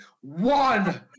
one